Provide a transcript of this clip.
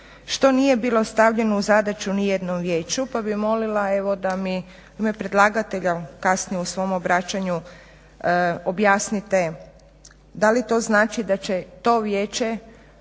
što nije bilo stavljeno u zadaću nijednom vijeću pa bih molila evo da mi u ime predlagatelja kasnije u svom obraćanju objasnite da li to znači da će to vijeće